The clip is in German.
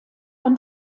von